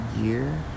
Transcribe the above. year